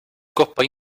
coppa